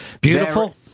beautiful